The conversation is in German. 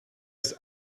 ist